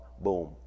boom